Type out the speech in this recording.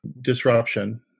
disruption